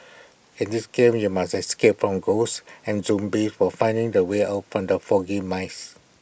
in this game you must escape from ghosts and zombies while finding the way out from the foggy maze